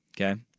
Okay